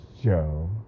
Joe